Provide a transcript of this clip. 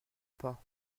pas